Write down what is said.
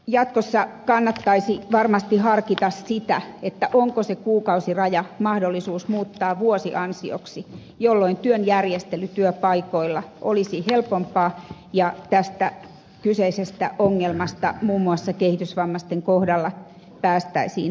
jatkossa kannattaisi varmasti harkita sitä onko mahdollista muuttaa kuukausiraja vuosiansioksi jolloin työn järjestely työpaikoilla olisi helpompaa ja tästä kyseisestä ongelmasta muun muassa kehitysvammaisten kohdalla päästäisiin eroon